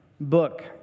book